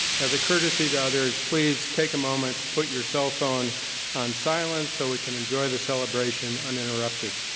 as a courtesy to others, please, take a moment to put your cell phone on silent so we can enjoy the celebration uninterrupted.